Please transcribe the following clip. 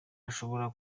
ashobora